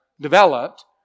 developed